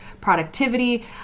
productivity